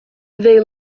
they